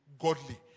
godly